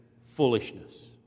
foolishness